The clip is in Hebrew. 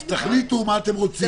אז תחליטו מה אתם רוצים.